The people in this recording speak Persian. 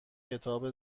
کتاب